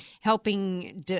helping